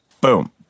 boom